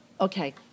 Okay